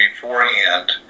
beforehand